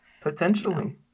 Potentially